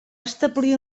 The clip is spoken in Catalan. establir